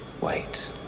Wait